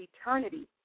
eternity